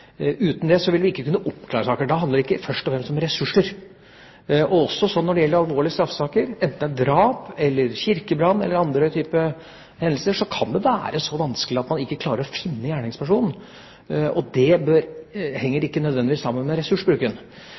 Uten det vil vi ikke kunne oppklare saker. Da handler det ikke først og fremst om ressurser. Det er også slik når det gjelder alvorlige straffesaker. Enten det er drap, kirkebrann eller andre typer hendelser, kan det være så vanskelig at man ikke klarer å finne gjerningspersonen, og det henger ikke nødvendigvis sammen med ressursbruken.